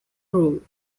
rule